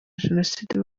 jenoside